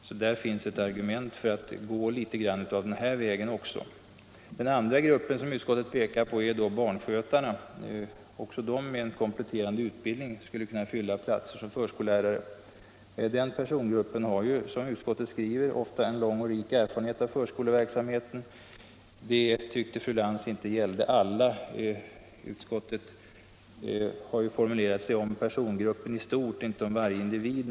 Där finns alltså ett argument för att gå en bit på den här vägen också. Den andra grupp som utskottet nämnt i detta sammanhang är barnskötarna. Också de skulle med en kompletterande utbildning kunna fylla platser som förskollärare. Den persongruppen har, som utskottet skriver, ofta en lång och rik erfarenhet av förskoleverksamheten. Det tyckte fru Lantz inte gällde alla. Utskottet har naturligtvis uttalat sig om persongruppen i stort, inte om varje individ.